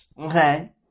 Okay